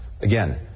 Again